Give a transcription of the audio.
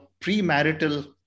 premarital